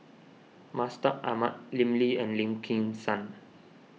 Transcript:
Mustaq Ahmad Lim Lee and Lim Kim San